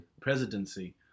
presidency